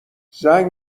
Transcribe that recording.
زنگ